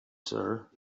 sir